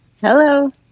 Hello